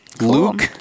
Luke